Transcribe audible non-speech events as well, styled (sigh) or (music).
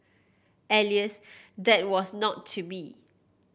(unintelligible) that was not to be